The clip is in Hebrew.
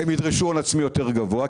הם ידרשו הון עצמי יותר גבוה,